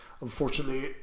unfortunately